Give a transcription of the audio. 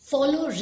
Follow